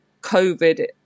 COVID